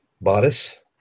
bodice